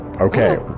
Okay